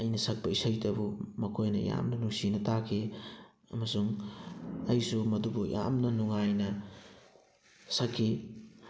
ꯑꯩꯅ ꯁꯛꯄ ꯏꯁꯩꯇꯕꯨ ꯃꯈꯣꯏꯅ ꯌꯥꯝꯅ ꯅꯨꯡꯁꯤꯅ ꯇꯥꯈꯤ ꯑꯃꯁꯨꯡ ꯑꯩꯁꯨ ꯃꯗꯨꯕꯨ ꯌꯥꯝꯅ ꯅꯨꯡꯉꯥꯏꯅ ꯁꯛꯈꯤ